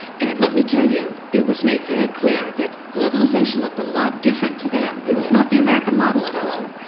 and let me tell you, it was made very clear that globalization looked a lot different to them. it was not the american model at all.